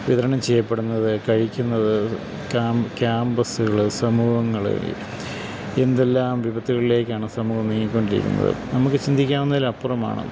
വിതരണം ചെയ്യപ്പെടുന്നത് കഴിക്കുന്നത് ക്യാമ്പ് ക്യാമ്പസ്സുകൾ സമൂഹങ്ങള് എന്തെല്ലാം വിപത്തുകളിലേക്കാണ് സമൂഹം നീങ്ങിക്കൊണ്ടിരിക്കുന്നത് നമുക്ക് ചിന്തിക്കാവുന്നതിലപ്പുറമാണ്